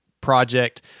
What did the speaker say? project